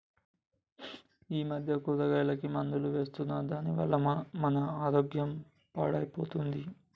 ఈ మధ్య కూరగాయలకి మందులు వేస్తున్నారు దాని వల్ల మన ఆరోగ్యం పాడైపోతుంది